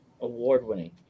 Award-winning